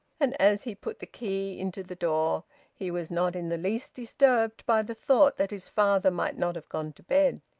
and as he put the key into the door he was not in the least disturbed by the thought that his father might not have gone to bed.